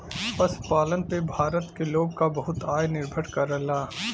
पशुपालन पे भारत के लोग क बहुते आय निर्भर करला